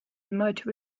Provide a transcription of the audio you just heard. motor